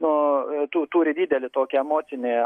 nu tu turi didelį tokį emocinį